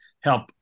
help